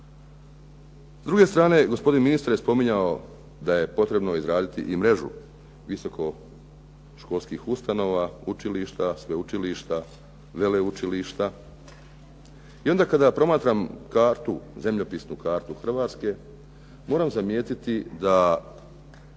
S druge strane, gospodin ministar je spominjao da je potrebno izraditi i mrežu visokoškolskih ustanova, učilišta, sveučilišta, veleučilišta i onda kada promatram kartu, zemljopisnu kartu Hrvatske, moram zamijetiti da,